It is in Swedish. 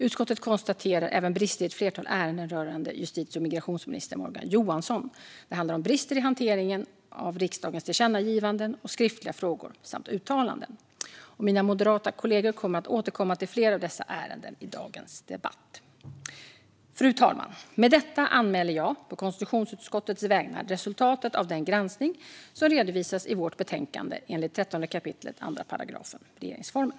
Utskottet konstaterar även brister i ett flertal ärenden rörande justitie och migrationsminister Morgan Johansson. Det handlar om brister i hanteringen av riksdagens tillkännagivanden och skriftliga frågor samt uttalanden. Mina moderata kollegor kommer att återkomma till flera av dessa ärenden i dagens debatt. Fru talman! Med detta anmäler jag på konstitutionsutskottets vägnar resultatet av den granskning som redovisas i vårt betänkande enligt 13 kap. 2 § regeringsformen.